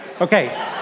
Okay